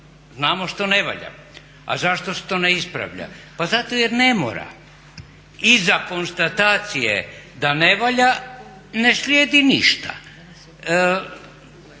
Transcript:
znamo što ne valja. A zašto se to ne ispravlja? Pa zato jer ne mora. Iza konstatacije da ne valja ne slijedi ništa.